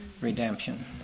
redemption